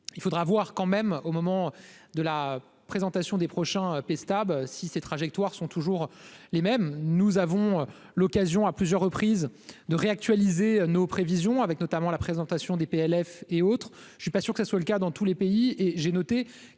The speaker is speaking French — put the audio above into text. Il faudra voir quand même au moment de la présentation des prochains P. stable si ces trajectoires sont toujours les mêmes, nous avons l'occasion à plusieurs reprises de réactualiser nos prévisions, avec notamment la présentation du PLF et autres, je suis pas sûr que cela soit le cas dans tous les pays,